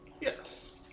Yes